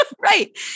right